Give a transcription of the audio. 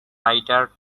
rider